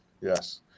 Yes